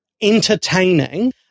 entertaining